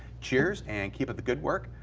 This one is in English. cheers and keep up the good work.